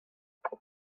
pump